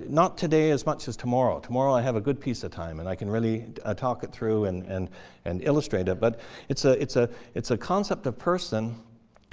and not today as much as tomorrow. tomorrow, i have a good piece of time, and i can really ah talk it through and and and illustrate it. but it's ah it's ah a concept of person